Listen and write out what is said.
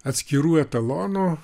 atskirų etalonų